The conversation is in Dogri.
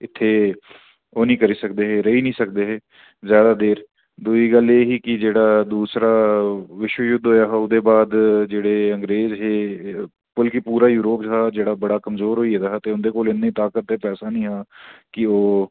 इत्थें ओह् निं करी सकदे हे रेही निं सकदे हे जादा देर दूई गल्ल एह् ही कि जेह्ड़ा दूसरा विश्व युद्ध होएआ हा ते ओह्दे बाद जेह्ड़े अंग्रेज़ हे बल्के पूरा यूरोप हा जेह्ड़ा बड़ा कमज़ोर होई गेदा हा ते उं'दे कोल इन्नी ताकत ते पैसा निं हा कि ओह्